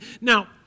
Now